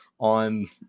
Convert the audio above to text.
on